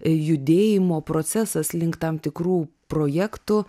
judėjimo procesas link tam tikrų projektų